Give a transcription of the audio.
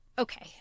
Okay